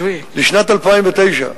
לשנת 2009,